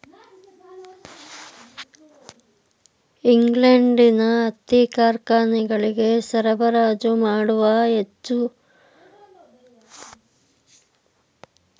ಇಂಗ್ಲೆಂಡಿನ ಹತ್ತಿ ಕಾರ್ಖಾನೆಗಳಿಗೆ ಸರಬರಾಜು ಮಾಡುವ ಕಚ್ಚಾ ಹತ್ತಿಯ ಪ್ರಮಾಣವನ್ನು ನಿಯಂತ್ರಿಸುತ್ತಿದ್ದವು